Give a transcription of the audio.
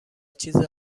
چیز